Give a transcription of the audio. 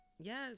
yes